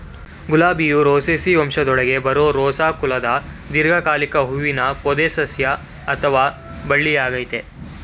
ಗುಲಾಬಿಯು Rosaceae ವಂಶದೊಳಗೆ ಬರೋ Rosa ಕುಲದ ದೀರ್ಘಕಾಲಿಕ ಹೂವಿನ ಪೊದೆಸಸ್ಯ ಅಥವಾ ಬಳ್ಳಿಯಾಗಯ್ತೆ